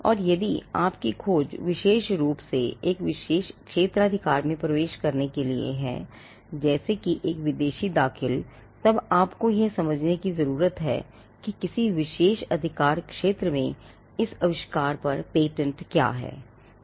और यदि आपकी खोज विशेष रूप से एक विशेष क्षेत्राधिकार में प्रवेश करने के लिए हैजैसे कि एक विदेशी दाखिल तब आपको यह समझने की जरूरत है कि किसी विशेष अधिकार क्षेत्र में इस आविष्कार पर पेटेंट क्या है